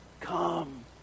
Come